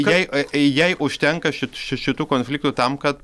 jai jai užtenka ši šitų konfliktų tam kad